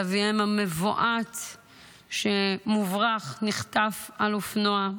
ואביהם המבועת שמוברח, נחטף על אופנוע.